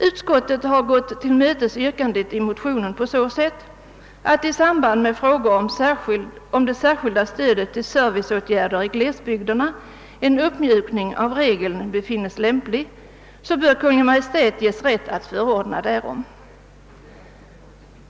Utskottet har gått yrkandet i motionen till mötes på så sätt, att där i samband med frågor beträffande det särskilda stödet till serviceåtgärder i glesbygderna en uppmjukning av regeln befinnes lämplig, Kungl. Maj:t bör ha rätt att förordna därom.